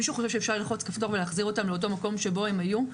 למקום שבו הם היו,